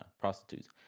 prostitutes